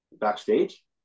backstage